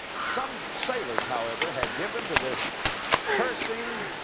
some sailors, however, had given to this cursing,